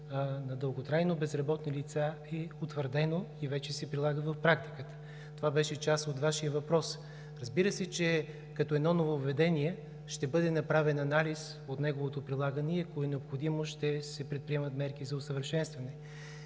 на дълготрайно безработни лица е утвърдено и вече се прилага в практиката. Това беше част от Вашия въпрос. Разбира се, че, като нововъведение, ще бъде направен анализ от неговото прилагане и ако е необходимо, ще се предприемат мерки за усъвършенстване.